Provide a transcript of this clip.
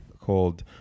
Called